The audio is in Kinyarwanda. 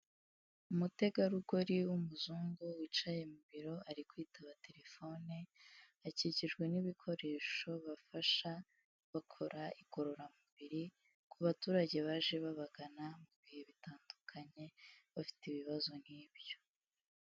Umutegarugori w'umuzungu wicaye mu biro ari kwitaba telefone, akikijwe n'ibikoresho bafasha bakora igorororamubiri kubaturage baje babagana mu bihe bitandukanye bafite ibibazo nk'ibyo.